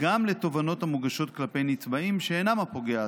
גם לתובענות המוגשות כלפי נתבעים שאינם הפוגע עצמו.